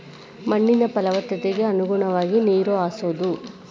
ಮಣ್ಣಿನ ಪಲವತ್ತತೆಗೆ ಅನುಗುಣವಾಗಿ ನೇರ ಹಾಸುದು